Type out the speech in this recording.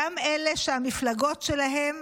גם אלה שהמפלגות שלהם